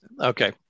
Okay